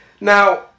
Now